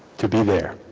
to be there